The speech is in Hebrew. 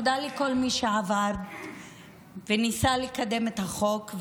תודה לכל מי שעבד וניסה לקדם את החוק,